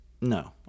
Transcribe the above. No